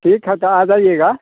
ठीक है तो आ जाइएगा